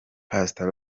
pastor